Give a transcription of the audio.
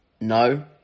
No